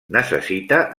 necessita